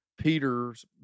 Peter's